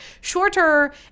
shorter